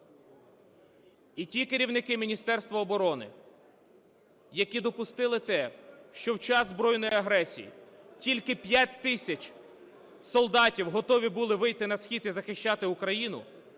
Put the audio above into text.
І ті керівники Міністерства оборони, які допустили те, що в час збройної агресії тільки п'ять тисяч солдатів готові були вийти на схід і захищати Україну,